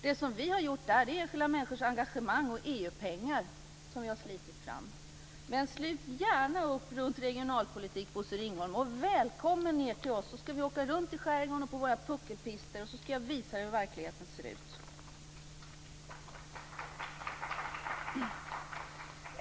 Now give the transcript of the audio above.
Det som vi har gjort är att vi tagit till vara enskilda människors engagemang och slitit fram EU-pengar. Men slut gärna upp runt regionalpolitik, Bosse Ringholm, och välkommen ned till oss så ska vi åka runt i skärgården och på våra puckelpister. Då ska jag visa hur verkligheten ser ut.